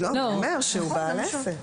הוא אומר שהוא בעל עסק.